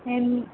ఎన్